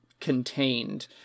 contained